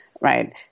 Right